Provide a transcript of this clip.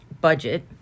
budget